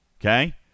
Okay